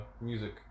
music